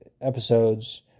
episodes